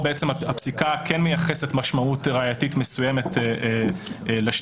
וחירותו מכוחו הפסיקה כן מייחסת משמעות ראייתית מסוימת לשתיקה,